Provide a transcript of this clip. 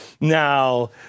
Now